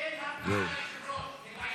אין הרתעה ליושב-ראש.